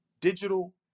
digital